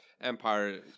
empire